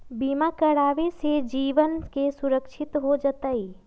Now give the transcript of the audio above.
बीमा करावे से जीवन के सुरक्षित हो जतई?